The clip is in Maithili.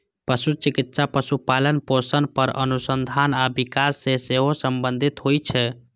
पशु चिकित्सा पशुपालन, पोषण पर अनुसंधान आ विकास सं सेहो संबंधित होइ छै